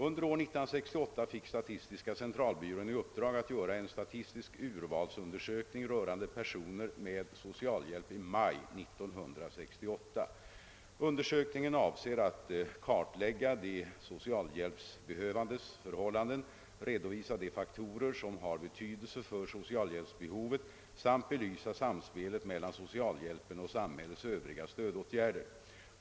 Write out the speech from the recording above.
Under år 1968 fick statistiska centralbyrån i uppdrag att göra en statistisk urvalsundersökning rörande personer med socialhjälp i maj 1968. Undersökningen avser att kartlägga de socialhjälpsbehövandes förhållanden, redovisa de faktorer som har betydelse för socialhjälpsbehovet samt belysa samspelet mellan socialhjälpen och samhällets övriga stödåtgärder.